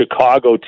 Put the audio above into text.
Chicago